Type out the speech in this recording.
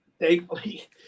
thankfully